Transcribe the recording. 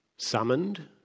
summoned